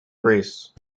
greece